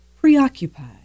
preoccupied